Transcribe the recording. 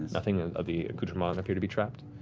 nothing of the accoutrements appear to be trapped.